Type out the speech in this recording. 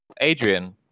Adrian